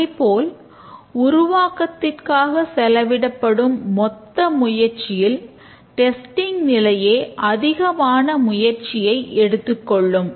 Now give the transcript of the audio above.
அதேபோல் உருவாக்கத்திற்காக செலவிடப்படும் மொத்த முயற்சியில் டெஸ்டிங் நிலையே அதிகமான முயற்சியை எடுத்துக் கொள்ளும்